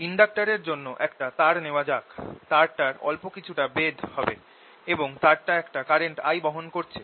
inductor এর জন্য একটা তার নেওয়া যাক তারটার অল্প কিছুটা বেধ হবে এবং তারটা একটা কারেন্ট I বহন করছে